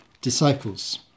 disciples